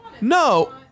No